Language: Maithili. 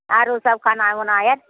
आरो सब खाना ओना